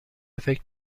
فکر